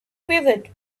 quivered